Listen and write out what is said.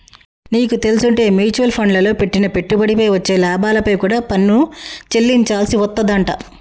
నీకు తెల్సుంటే మ్యూచవల్ ఫండ్లల్లో పెట్టిన పెట్టుబడిపై వచ్చే లాభాలపై కూడా పన్ను చెల్లించాల్సి వత్తదంట